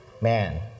man